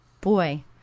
Boy